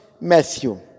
Matthew